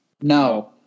no